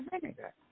vinegar